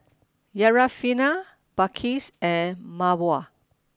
Syarafina Balqis and Mawar